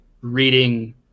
reading